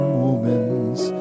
moment's